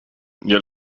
ihr